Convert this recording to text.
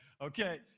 Okay